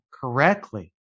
correctly